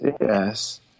Yes